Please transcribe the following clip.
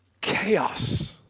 chaos